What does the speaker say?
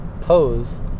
pose